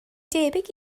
debyg